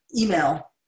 email